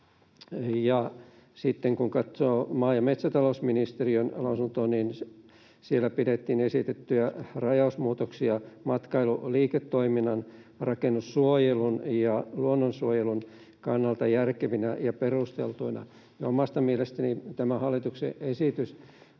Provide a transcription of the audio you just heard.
kun katsoo maa- ja metsätalousministeriön lausuntoa, niin siellä pidettiin esitettyjä rajausmuutoksia matkailuliiketoiminnan, rakennussuojelun ja luonnonsuojelun kannalta järkeviä ja perusteltuina. Omasta mielestäni tämä hallituksen esitys